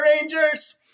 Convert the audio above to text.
Rangers